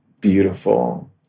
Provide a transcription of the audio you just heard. beautiful